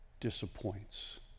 disappoints